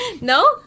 No